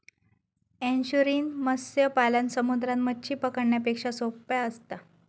estuarine मत्स्य पालन समुद्रात मच्छी पकडण्यापेक्षा सोप्पा असता